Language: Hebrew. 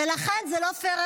ולכן זה לא פייר,